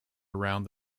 around